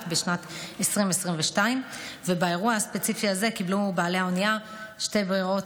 בשנת 2022. באירוע הספציפי הזה קיבלו בעלי האונייה שתי ברירות